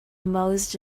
most